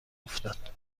افتاد